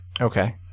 Okay